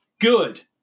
good